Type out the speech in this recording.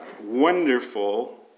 wonderful